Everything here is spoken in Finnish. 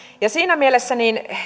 siinä mielessä